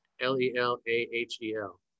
L-E-L-A-H-E-L